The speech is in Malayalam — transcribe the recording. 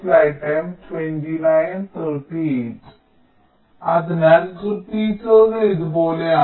അതിനാൽ റിപ്പീറ്ററുകൾ ഇതുപോലെയാണ്